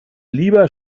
lieber